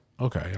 Okay